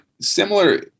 similar